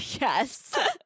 Yes